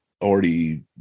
already